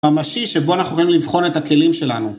ממשי שבו אנחנו יכולים לבחון את הכלים שלנו.